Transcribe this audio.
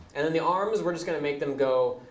and then the arms, we're just going to make them go